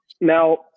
Now